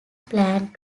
planned